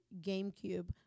GameCube